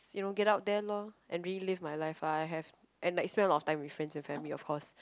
you know get out there loh and really live my life lah I have and like spend a lot of time with friends and family of course